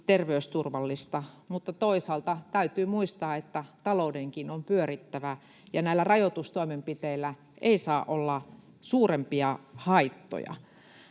terveysturvallista, mutta toisaalta täytyy muistaa, että taloudenkin on pyörittävä ja näillä rajoitustoimenpiteillä ei saa olla suurempia haittoja.